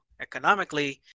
Economically